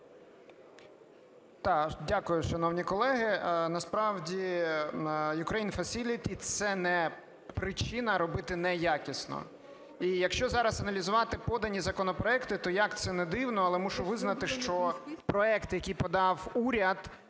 Я.Р. Дякую, шановні колеги. Насправді Ukraine Facility – це не причина робити неякісно. І якщо зараз аналізувати подані законопроекти, то, як це не дивно, але мушу визнати, що проект, який подав уряд,